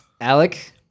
Alec